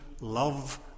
love